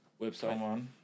website